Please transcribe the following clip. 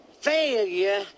failure